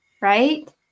right